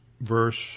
verse